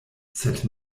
sed